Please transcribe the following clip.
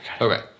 Okay